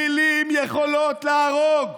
מילים יכולות להרוג.